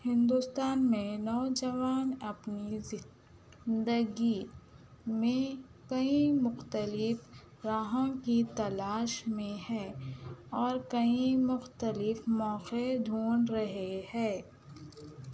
ہندوستان میں نوجوان اپنی زندگی میں کئی مختلف راہوں کی تلاش میں ہے اور کئی مختلف موقعے ڈھونڈھ رہے ہے